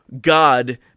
God